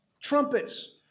trumpets